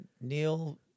Neil